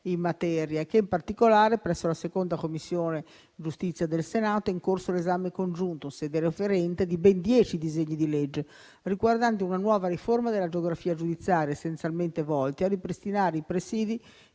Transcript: in materia e che, in particolare, presso la 2a Commissione (giustizia) del Senato è in corso l'esame congiunto in sede referente di ben dieci disegni di legge riguardanti una nuova riforma della geografia giudiziaria, essenzialmente volti a ripristinare i presidi